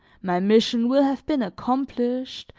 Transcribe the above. my mission will have been accomplished,